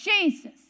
Jesus